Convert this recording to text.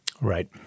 Right